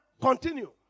continue